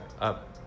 up